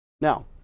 Now